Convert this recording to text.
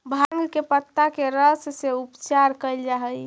भाँग के पतत्ता के रस से उपचार कैल जा हइ